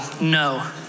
no